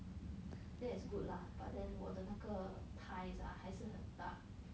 that is good lah but then 我的那个 thighs ah 还是很大